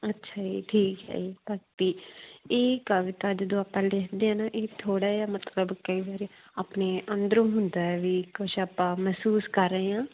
ਅੱਛਾ ਜੀ ਠੀਕ ਹੈ ਜੀ ਭਗਤੀ ਇਹ ਕਵਿਤਾ ਜਦੋਂ ਆਪਾਂ ਲਿਖਦੇ ਹਾਂ ਨਾ ਇਹ ਥੋੜ੍ਹਾ ਜਿਹਾ ਮਤਲਬ ਕਈ ਵਾਰ ਆਪਣੇ ਅੰਦਰੋਂ ਹੁੰਦਾ ਹੈ ਵੀ ਕੁਛ ਆਪਾਂ ਮਹਿਸੂਸ ਕਰ ਰਹੇ ਹਾਂ